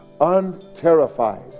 unterrified